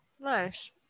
Nice